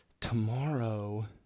Tomorrow